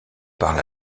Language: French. parle